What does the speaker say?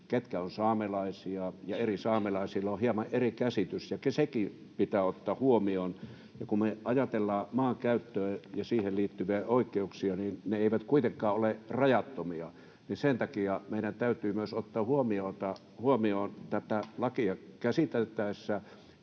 ketkä ovat saamelaisia, ja eri saamelaisilla on hieman eri käsitys, ja sekin pitää ottaa huomioon. Kun me ajatellaan maankäyttöä ja siihen liittyviä oikeuksia, niin ne eivät kuitenkaan ole rajattomia, ja sen takia meidän täytyy ottaa huomioon tätä lakia käsiteltäessä